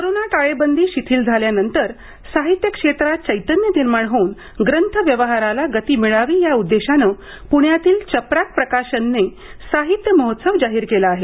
corona टाळेबंदी शिथिल झाल्यानंतर साहित्य क्षेत्रात चैतन्य निर्माण होऊन ग्रंथव्यवहाराला गती मिळावी या उद्देशानं पुण्यातील चपराक प्रकाशनने साहित्य महोत्सव जाहीर केला आहे